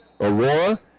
Aurora